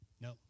No